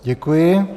Děkuji.